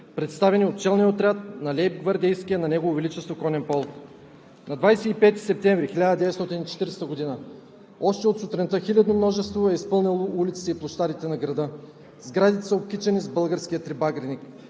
представени от челния отряд на лейбгвардейския на Негово Величество конен полк. На 25 септември 1940 г. още от сутринта хилядно множество е изпълнило улиците и площадите на града. Сградите са обкичени с българския трибагреник,